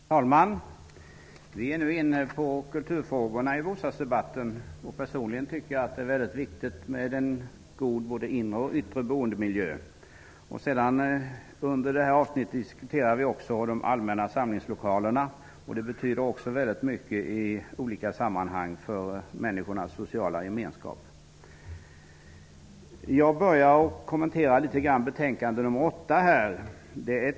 Herr talman! Vi är nu inne på kulturfrågorna i bostadsutskottets debatt. Personligen tycker jag att det är mycket viktigt med både en god inre och yttre boendemiljö. I det här avsnittet diskuterar vi också de allmänna samlingslokalerna. Samlingslokalerna betyder mycket för människors sociala gemenskap i olika sammanhang. Jag börjar med några kommentarer till betänkande nr 8.